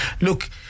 Look